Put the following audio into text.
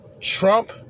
Trump